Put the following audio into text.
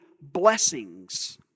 blessings